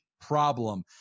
problem